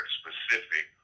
specific